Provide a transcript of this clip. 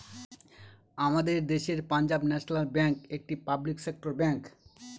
আমাদের দেশের Punjab National Bank একটি পাবলিক সেক্টর ব্যাঙ্ক